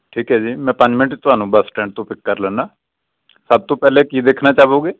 ਠੀਕ ਹੈ ਜੀ ਮੈਂ ਪੰਜ ਮਿੰਟ 'ਚ ਤੁਹਾਨੂੰ ਬਸ ਸਟੈਂਡ ਤੋਂ ਪਿਕ ਕਰ ਲੈਂਦਾ ਸਭ ਤੋਂ ਪਹਿਲਾਂ ਕੀ ਦੇਖਣਾ ਚਾਹੋਗੇ